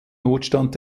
notstand